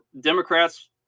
Democrats